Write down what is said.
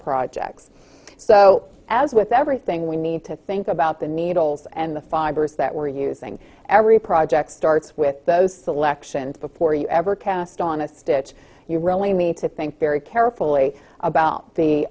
projects so as with everything we need to think about the needles and the fibers that we're using every project starts with those selections before you ever cast honest it you really mean to think very carefully about the